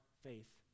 faith